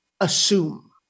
assume